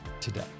today